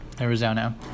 Arizona